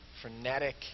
frenetic